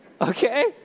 Okay